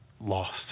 lost